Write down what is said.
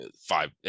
five